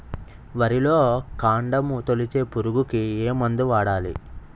వరిలో కాండము తొలిచే పురుగుకు ఏ మందు వాడాలి?